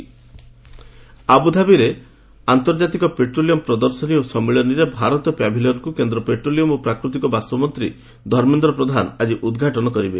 ଆବ୍ Dhabi exhibition ଆବୁଧାବିରେ ଆନ୍ତର୍ଜାତିକ petroleum ପ୍ରଦର୍ଶନୀ ଓ ସମ୍ମିଳନୀରେ ଭାରତୀୟ ପାଭିଲିୟନ୍କୁ କେନ୍ଦ୍ର ପେଟ୍ରୋଲିୟମ୍ ଓ ପ୍ରାକୃତିକ ବାଷ୍ପ ମନ୍ତ୍ରୀ ଧର୍ମେନ୍ଦ୍ର ପ୍ରଧାନ ଆଜି ଉଦ୍ଘାଟନ କରିବେ